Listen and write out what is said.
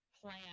plan